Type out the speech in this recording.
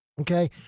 Okay